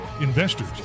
investors